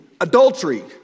Adultery